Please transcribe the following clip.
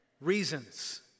reasons